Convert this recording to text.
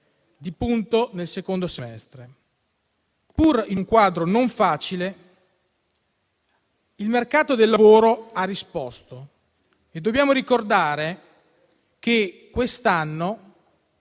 di punto nel secondo semestre. Pur in un quadro non facile, il mercato del lavoro ha risposto e dobbiamo ricordare che quest'anno